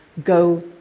go